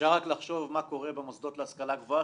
אפשר רק לחשוב מה קורה במוסדות להשכלה גבוהה